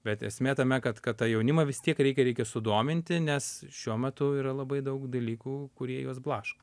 bet esmė tame kad kad tą jaunimą vis tiek reikia reikia sudominti nes šiuo metu yra labai daug dalykų kurie juos blaško